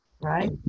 Right